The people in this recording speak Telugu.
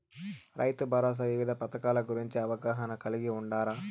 రైతుభరోసా వివిధ పథకాల గురించి అవగాహన కలిగి వుండారా?